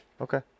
Okay